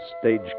stage